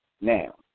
Now